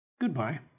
Goodbye